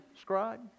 scribe